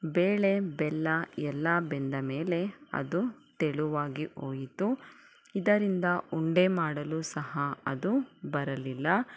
ಬೇಳೆ ಬೆಲ್ಲ ಎಲ್ಲ ಬೆಂದ ಮೇಲೆ ಅದು ತೆಳುವಾಗಿ ಹೋಯಿತು ಇದರಿಂದ ಉಂಡೆ ಮಾಡಲು ಸಹ ಅದು ಬರಲಿಲ್ಲ